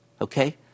Okay